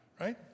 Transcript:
right